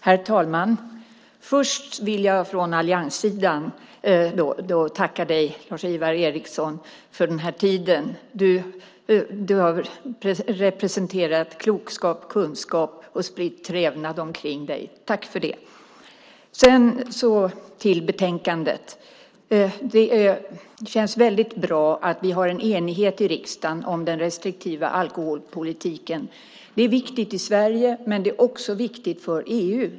Herr talman! Först vill jag från allianssidan tacka Lars-Ivar Ericson för den här tiden. Du har representerat klokskap och kunskap och spritt trevnad omkring dig. Tack för det. Sedan övergår jag till betänkandet. Det känns bra att vi har en enighet i riksdagen om den restriktiva alkoholpolitiken. Det är viktigt i Sverige, men det är också viktigt för EU.